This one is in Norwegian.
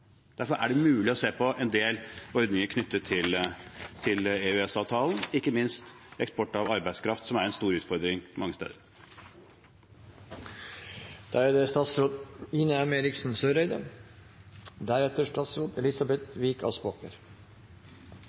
Derfor er det mulig å se på en del ordninger knyttet til EØS-avtalen, ikke minst eksport av arbeidskraft, som er en stor utfordring mange steder. Jeg hadde i utgangspunktet ikke tenkt å ta ordet igjen, men jeg er nødt til å oppklare det